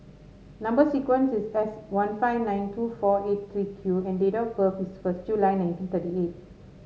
number sequence is S one five nine two four eight three Q and date of birth is first July nineteen thirty eight